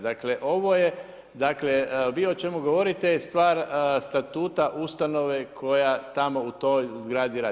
Dakle ovo je dakle vi o čemu govorite je stvar statuta ustanove koja tamo u toj zgradi radi.